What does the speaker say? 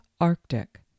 Arctic